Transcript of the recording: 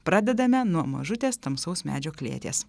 pradedame nuo mažutės tamsaus medžio klėties